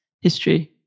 history